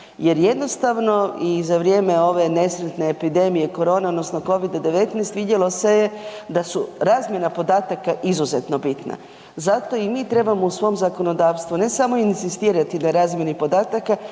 jer jednostavno i za vrijeme ove nesretne epidemije korona odnosno COVID-a 19, vidjelo se je da su razmjena podataka izuzetno bitna. Zato i mi trebamo u svom zakonodavstvu ne samo inzistirati na razmjeni podataka